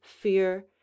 fear